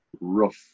Rough